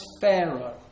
Pharaoh